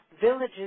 villages